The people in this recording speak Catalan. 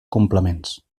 complements